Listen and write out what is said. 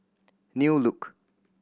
New Look